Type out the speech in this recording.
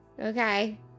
Okay